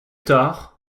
tard